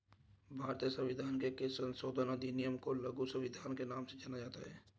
भारतीय संविधान के किस संशोधन अधिनियम को लघु संविधान के नाम से जाना जाता है?